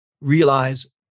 realize